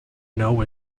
know